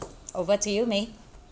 over to you mei